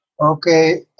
Okay